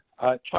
Chuck